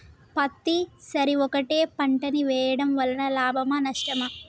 పత్తి సరి ఒకటే పంట ని వేయడం వలన లాభమా నష్టమా?